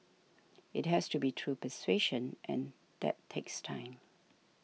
it has to be through persuasion and that takes time